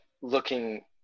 looking